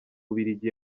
bubiligi